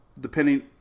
depending